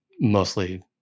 mostly